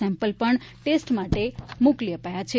sample પણ test માટે મોકલી અપાયા છે